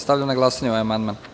Stavljam na glasanje ovaj amandman.